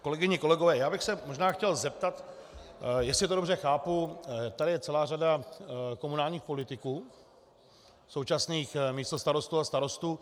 Kolegyně, kolegové, chtěl bych se možná zeptat, jestli to dobře chápu, tady je celá řada komunálních politiků, současných místostarostů a starostů.